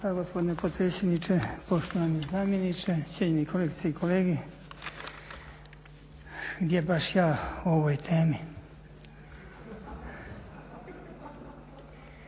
gospodine potpredsjedniče, poštovani zamjeniče, cijenjeni kolegice i kolege. Gdje baš ja o ovoj temi.